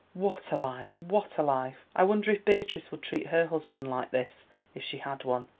what a life, what a life! i wonder if beatrice would treat her husband like this if she had one.